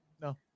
No